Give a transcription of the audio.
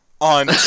on